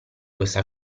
questa